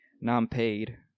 non-paid